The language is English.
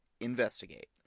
investigate